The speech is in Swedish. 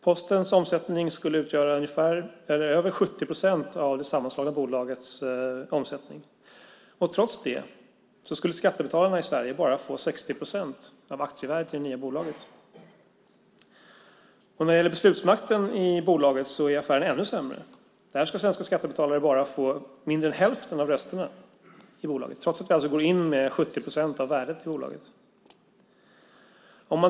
Postens omsättning skulle utgöra över 70 procent av det sammanslagna bolagets omsättning. Trots det skulle skattebetalarna i Sverige bara få 60 procent av aktievärdet i det nya bolaget. Beslutsmakten i bolaget blir ännu sämre. Där får svenska skattebetalare mindre än hälften av rösterna trots att vi går in med 70 procent av värdet i bolaget.